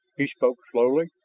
he spoke slowly.